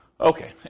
Okay